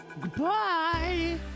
Goodbye